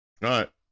right